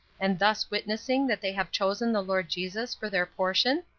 and thus witnessing that they have chosen the lord jesus for their portion?